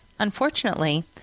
Unfortunately